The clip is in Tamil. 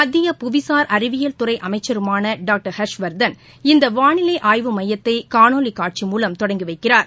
மத்திய புவிசார் அறிவியல் துறை அமைச்சருமான டாக்டர் ஹர்ஷவர்தன் இந்த வாளிலை ஆய்வு மையத்தை காணொலி காட்சி மூலம் தொடங்கி வைக்கிறார்